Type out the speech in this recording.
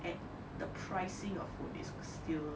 at the pricing of food is still